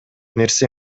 нерсе